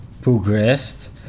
progressed